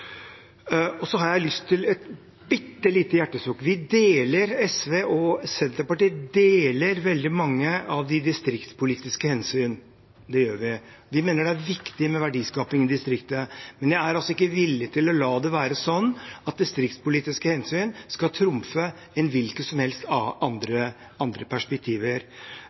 på. Så har jeg lyst til å komme med et bitte lite hjertesukk: SV og Senterpartiet deler veldig mange distriktspolitiske hensyn. Senterpartiet mener det er viktig med verdiskaping i distriktene, men jeg er ikke villig til å la det være sånn at distriktspolitiske hensyn skal trumfe hvilke som helst andre perspektiver.